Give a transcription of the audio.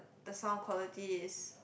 the sound quality is